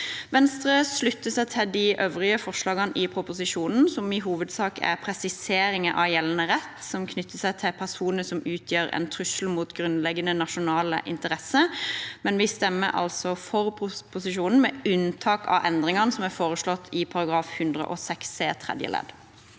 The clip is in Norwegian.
Venstre slutter seg til de øvrige forslagene i proposisjonen, som i hovedsak er presiseringer av gjeldende rett, og som knytter seg til personer som utgjør en trussel mot grunnleggende nasjonale interesser. Venstre stemmer altså for proposisjonens forslag til endringer, med unntak av endringene som er foreslått i § 106 c tredje ledd.